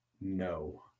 No